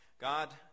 God